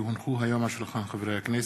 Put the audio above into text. כי הונחו היום על שולחן הכנסת,